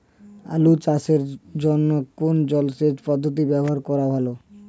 আলু চাষের জন্য কোন জলসেচ পদ্ধতি ব্যবহার করা ভালো?